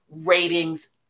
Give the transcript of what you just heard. ratings